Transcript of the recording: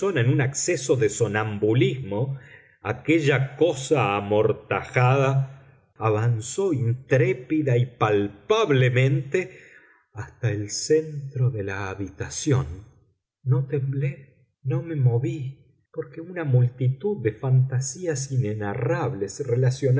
en un acceso de somnambulismo aquella cosa amortajada avanzó intrépida y palpablemente hasta el centro de la habitación no temblé no me moví porque una multitud de fantasías